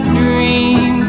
dream